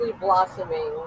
blossoming